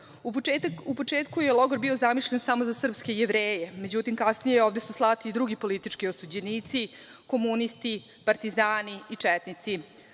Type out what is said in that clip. početku je logor bio zamišljen samo za srpske Jevreje. Međutim, kasni ovde su slati i drugi politički osuđenici, komunisti, partizani i četnici.